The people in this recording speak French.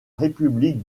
république